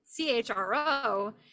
CHRO